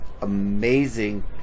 amazing